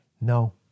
No